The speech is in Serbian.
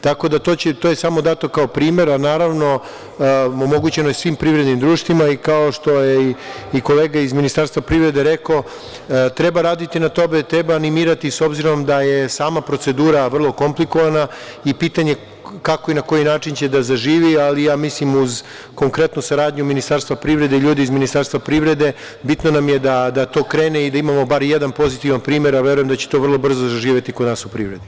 To je samo dato kao primer, a naravno omogućeno je svim privrednim društvima, i kao što je kolega iz Ministarstva privrede rekao, treba raditi na tome, treba animirati s obzirom da je sam procedura vrlo komplikovana i pitanje kako i na koji način će da zaživi, ali mislim da uz konkretnu saradnju Ministarstva privrede ljudi iz Ministarstva privrede bitno nam je da to krene i da imamo bar jedan pozitivan primer, a verujem da će to vrlo brzo zaživeti kod nas u privredi.